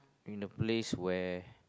in a place where